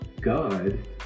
God